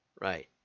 Right